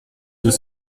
deux